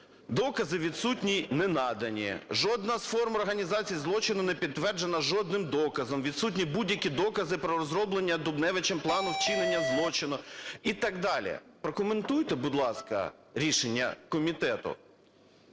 докази відсутні, не надані, жодна з форм організації злочину не підтверджена жодним доказом, відсутні будь-які докази про розроблення Дубневичем плану вчинення злочину і так далі. Прокоментуйте, будь ласка, рішення комітету.